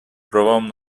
правам